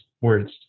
words